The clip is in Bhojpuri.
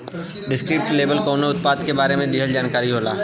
डिस्क्रिप्टिव लेबल कउनो उत्पाद के बारे में दिहल जानकारी होला